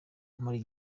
muri